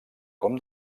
com